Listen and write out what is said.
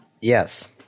Yes